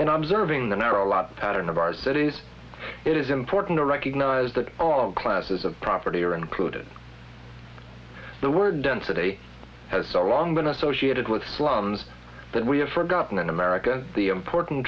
in observation than are a lot pattern of our cities it is important to recognize that on classes of property are included the word density has a long been associated with slums that we have forgotten in america the important